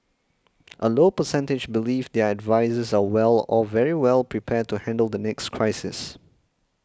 a low percentage believe their advisers are well or very well prepared to handle the next crisis